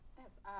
Yes